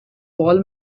paul